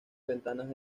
ventanas